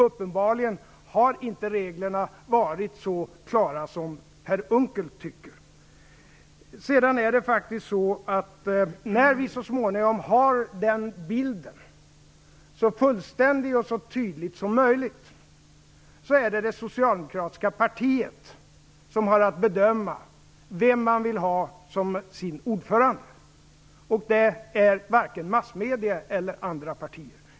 Uppenbarligen har reglerna inte varit så klara som Per Unckel tycker. När vi sedan så småningom har den bilden, så fullständig och så tydlig som möjligt, är det det socialdemokratiska partiet som har att bedöma vem det vill ha som sin ordförande, inte massmedier eller andra partier.